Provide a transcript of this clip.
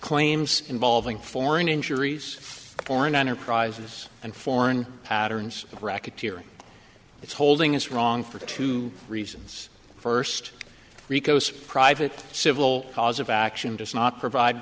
claims involving foreign injuries foreign enterprises and foreign patterns of racketeering its holding is wrong for two reasons first rico's private civil cause of action does not provide